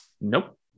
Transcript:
Nope